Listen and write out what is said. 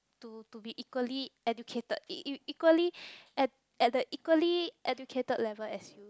to to be equally educated e~ equally at at the equally educated level as you